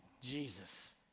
Jesus